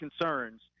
concerns